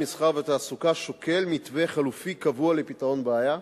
המסחר והתעסוקה שוקל מתווה חלופי קבוע לפתרון הבעיה.